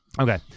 Okay